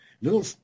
little